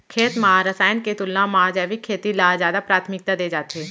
खेत मा रसायन के तुलना मा जैविक खेती ला जादा प्राथमिकता दे जाथे